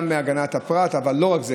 גם הגנת הפרט אבל לא רק זה,